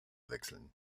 wechseln